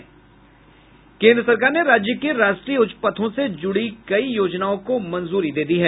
केन्द्र सरकार ने राज्य के राष्ट्रीय उच्च पथों से जुड़ी कई योजनाओं को मंजूरी दे दी है